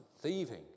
thieving